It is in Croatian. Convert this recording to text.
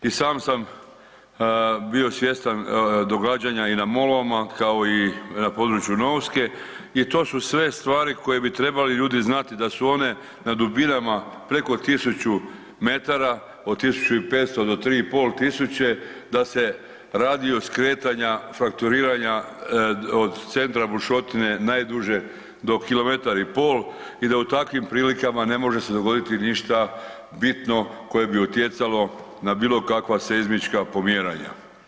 I sam sam bio svjestan događanja i na ... kao i na području Novske i to su sve stvari koje bi trebali ljudi znati da su one na dubinama preko 1000 m, od 1500 do 3500 tisuće, da se radi o skretanja frakturiranja od centra bušotine najduže do kilometar i pol i da u takvim prilikama ne može se dogoditi ništa bitno koje bi utjecalo na bilo kakva seizmička pomjeranja.